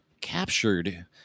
captured